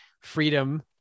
freedom